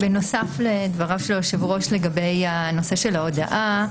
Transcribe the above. בנוסף לדבריו של היושב ראש לגבי הנושא של ההודאה.